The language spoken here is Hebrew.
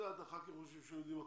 חברי הכנסת חושבים שהם יודעים הכול.